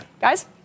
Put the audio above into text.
guys